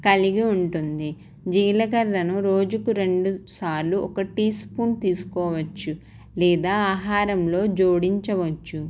కలిగి ఉంటుంది జీలకర్రను రోజుకు రెండుసార్లు ఒక టీ స్పూన్ తీసుకోవచ్చు లేదా ఆహారంలో జోడించవచ్చు